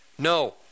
no